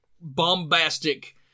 bombastic